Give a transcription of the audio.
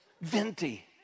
venti